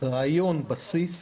רעיון בסיס